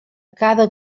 cada